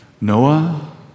Noah